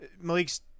malik's